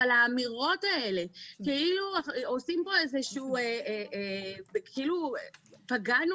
אבל האמירות האלה כאילו עושים פה איזה שהוא כאילו פגענו